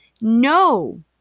No